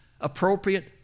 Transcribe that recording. appropriate